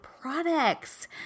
products